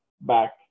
back